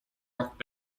rock